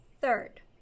Third